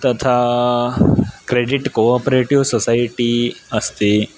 तथा credit co operative society अस्ति